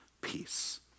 peace